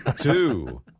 Two